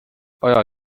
aja